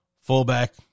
Fullback